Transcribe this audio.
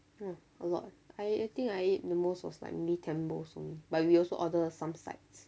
a lot eh I I think I ate the most was like maybe ten bowls only but we also order some sides